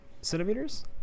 Centimeters